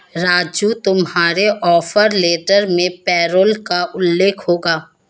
राजू तुम्हारे offer letter में payroll का उल्लेख होगा